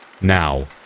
Now